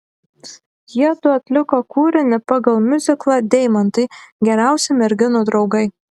jiedu atliko kūrinį pagal miuziklą deimantai geriausi merginų draugai